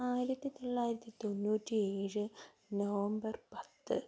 ആയിരത്തിത്തോള്ളായിരത്തി തൊണ്ണൂറ്റി ഏഴ് നവംബർ പത്ത്